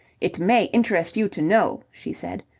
it may interest you to know, she said,